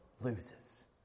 loses